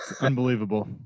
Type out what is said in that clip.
Unbelievable